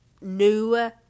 new